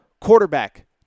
Quarterback